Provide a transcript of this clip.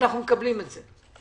אנחנו מקבלים את זה.